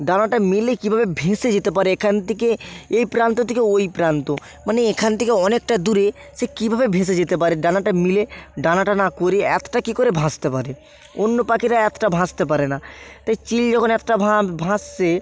ডানাটা মেলে কীভাবে ভেসে যেতে পারে এখান থেকে এই প্রান্ত থেকে ওই প্রান্ত মানে এখান থেকে অনেকটা দূরে সে কীভাবে ভেসে যেতে পারে ডানাটা মিলে ডানাটা না করে এতটা কী করে ভাসতে পারে অন্য পাখিরা এতটা ভাসতে পারে না তাই চিল যখন এতটা ভাসছে